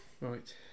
right